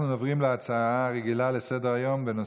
אנחנו עוברים להצעה רגילה לסדר-היום של חבר הכנסת אריאל קלנר,